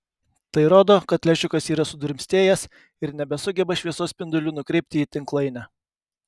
tai rodo kad lęšiukas yra sudrumstėjęs ir nebesugeba šviesos spindulių nukreipti į tinklainę